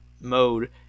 mode